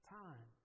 time